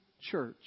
church